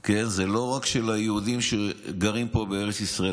לא רק של היהודים שגרים פה בארץ ישראל.